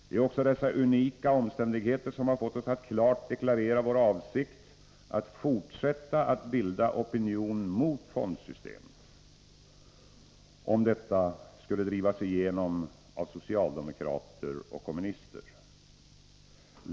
Det är också dessa unika omständigheter som fått oss att klart deklarera vår avsikt att fortsätta att bilda opinion mot fondsystemet, om detta skulle drivas igenom av socialdemokrater och kommunister.